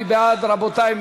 מי בעד, רבותי?